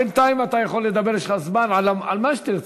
בינתיים אתה יכול לדבר על מה שתרצה.